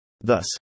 thus